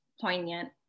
poignant